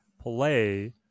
play